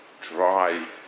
dry